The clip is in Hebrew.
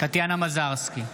טטיאנה מזרסקי,